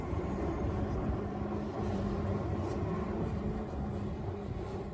बांस के पाना म जेन पानी होथे तेखर जूस बना के पिए जाथे